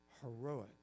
heroic